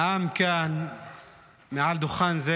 נאם כאן מעל דוכן זה